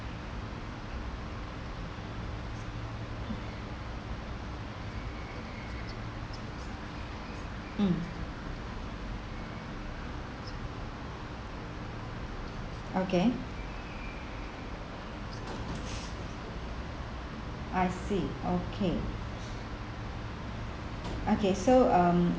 hmm okay I see okay okay so um